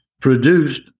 produced